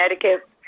Connecticut